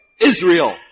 Israel